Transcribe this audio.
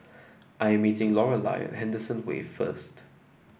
I'm meeting Lorelai Henderson Wave first